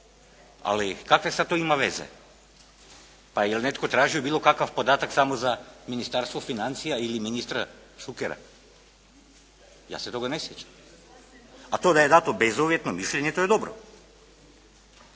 Ali kakve sada to ima veze. Pa je li netko tražio bilo kakav podatak samo za Ministarstvo financija ili za ministra Šukera. Ja se toga ne sjećam. A to da je dato bezuvjetno mišljenje to je dobro.